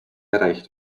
erreicht